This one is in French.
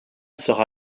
sera